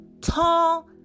tall